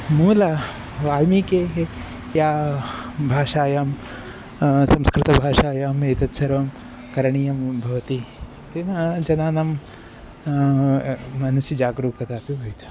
मूलवाल्मीकेः या भाषायां संस्कृतभाषायाम् एतत् सर्वं करणीयं भवति तेन जनानां मनसि जागरूकतापि भवति